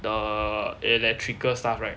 the electrical stuff right